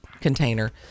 container